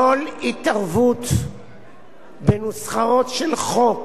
כל התערבות בנוסחאות של חוק